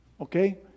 Okay